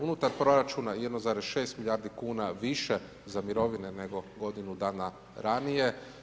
Unutar proračuna 1,6 milijardi kn, više za mirovine nego godinu dana ranije.